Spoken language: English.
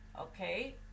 okay